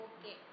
Okay